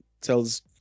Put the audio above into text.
tells